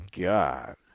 God